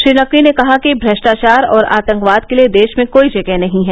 श्री नकवी ने कहा कि भ्र टाचार और आतंकवाद के लिए देश में कोई जगह नहीं है